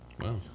Wow